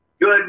Good